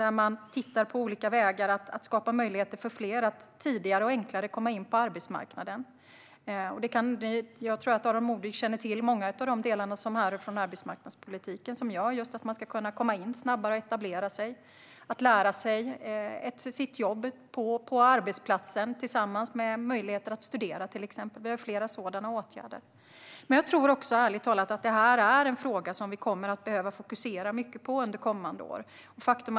Vi tittar på olika vägar för att skapa möjligheter för fler att komma in tidigare och enklare på arbetsmarknaden. Jag tror att Aron Modig känner igen många av de delarna från arbetsmarknadspolitiken. Det har att göra med just hur man ska kunna komma in snabbare och etablera sig, lära sig jobbet på arbetsplatsen tillsammans med möjligheten att studera till exempel. Vi har flera sådana åtgärder. Jag tror ärligt talat att det här är en fråga som vi kommer att behöva fokusera mycket på under kommande år.